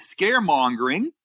scaremongering